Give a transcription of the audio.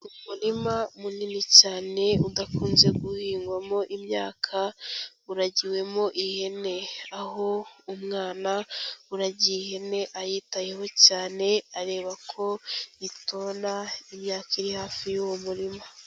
Umurima munini cyane udakunze guhingwamo imyaka, uragiwemo ihene. Aho umwana uragiye ihene ayitayeho cyane, areba ko itona imyaka iri hafi y'uwo murima.